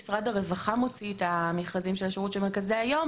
משרד הרווחה מוציא את המכרזים של השירות של מרכזי היום.